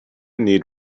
need